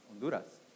Honduras